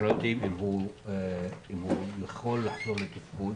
אנחנו לא יודעים אם הוא יוכל לחזור לתפקוד,